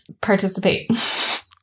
participate